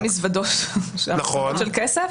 זה היה מזוודות כסף.